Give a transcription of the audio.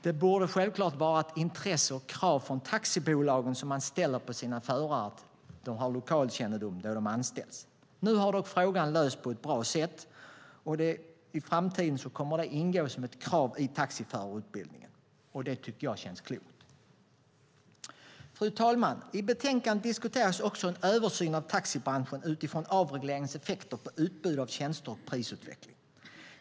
Det borde självklart vara ett intresse för taxibolagen att ställa krav på sina förare att de har lokalkännedom där de anställs. Nu har dock frågan lösts på ett bra sätt. Det kommer i framtiden att ingå som ett krav i taxiförarutbildningen. Det tycker jag känns klokt. Fru talman! I betänkandet diskuteras också en översyn av taxibranschen utifrån avregleringens effekter på utbudet av tjänster och på prisutvecklingen.